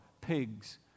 pigs